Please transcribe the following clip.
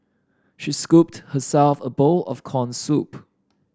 she scooped herself a bowl of corn soup